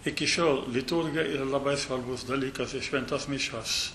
iki šiol liturgija yra labai svarbus dalykas ir šventos mišios